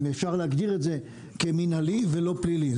אם אפשר להגדיר את זה כמנהלי ולא פלילי?